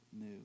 new